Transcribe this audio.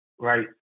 right